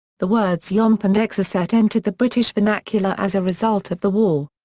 the words yomp and exocet entered the british vernacular as a result of the war.